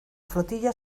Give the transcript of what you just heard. flotilla